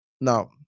Now